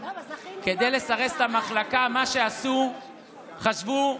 מה שעשו, חשבו,